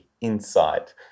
insight